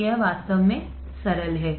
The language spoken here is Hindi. तो यह वास्तव में सरल है